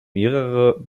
mehrere